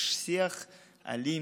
יש שיח אלים,